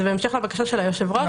וזה בהמשך לבקשה של היושב-ראש.